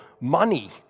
money